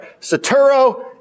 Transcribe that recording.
saturo